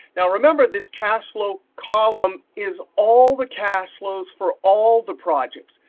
now remember this cash flow column is all the cash flows for all the projects,